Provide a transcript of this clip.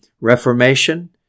reformation